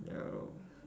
no